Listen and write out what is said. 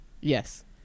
Yes